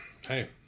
Hey